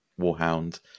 warhound